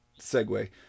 segue